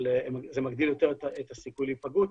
אבל זה מגדיל יותר את הסיכוי להיפגעות.